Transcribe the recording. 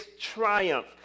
triumph